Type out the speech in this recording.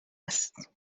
است